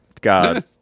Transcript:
God